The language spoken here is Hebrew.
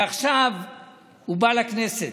ועכשיו הוא בא לכנסת.